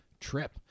trip